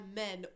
men